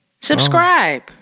Subscribe